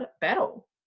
battle